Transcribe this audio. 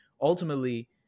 ultimately